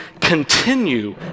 continue